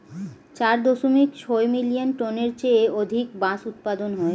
চার দশমিক ছয় মিলিয়ন টনের চেয়ে অধিক বাঁশ উৎপাদন হয়